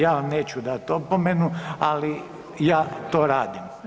Ja vam neću dati opomenu, ali ja to radim.